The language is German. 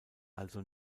also